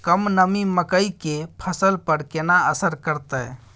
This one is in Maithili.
कम नमी मकई के फसल पर केना असर करतय?